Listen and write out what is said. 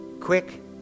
quick